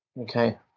okay